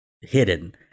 hidden